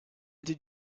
did